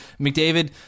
McDavid